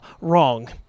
wrong